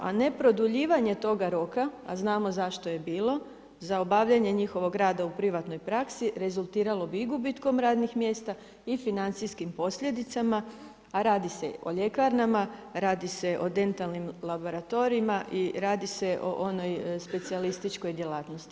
A ne produljivanje toga roka, a znamo zašto je bilo za obavljanje njihovog rada u privatnoj praksi rezultiralo bi i gubitkom radnih mjesta i financijskim posljedicama, a radi se o ljekarnama, radi se o dentalnim laboratorijima i radi se o onoj specijalističkoj djelatnosti.